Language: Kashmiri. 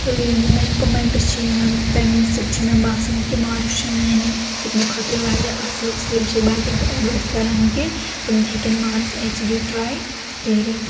مےٚ کومینٹس چھ یوان تمہِ سۭتۍ چھ مےٚ باسان کہ مارس چھ میانہِ سکنہِ خٲطرٕ واریاہ اصل اس لیے بہٕ چھس باقی ین تہِ اڈوایس کران کہ تم تہِ ہیکن مارس اٮ۪چ ڈی ٹرے کرتھ